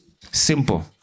Simple